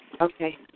Okay